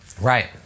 Right